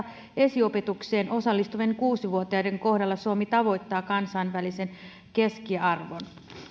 esiopetukseen osallistuvien kuusi vuotiaiden kohdalla suomi tavoittaa kansainvälisen keskiarvon